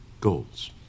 goals